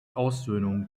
aussöhnung